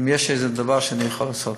אם יש איזה דבר שאני יכול לעשות.